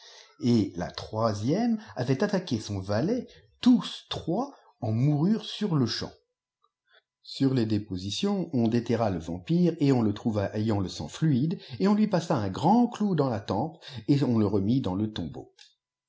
et la troisième avait attaqué son valet tous trois en moururent sur-le-champ sur les dépositions on déterra le vampire et on le trouva ayant le sang fluide et on lui passa un grand clou dax la tempe et xhx le remit dans le tombeau